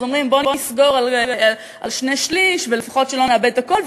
אז אומרים: בוא נסגור על שני-שלישים ולפחות שלא נאבד את הכול,